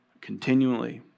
continually